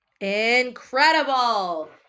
Incredible